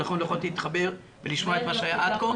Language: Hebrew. ולכן לא יכולתי להתחבר ולשמוע את מה שהיה עד כה.